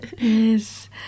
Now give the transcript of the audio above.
Yes